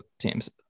teams